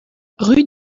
rue